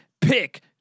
pick